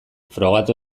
frogatu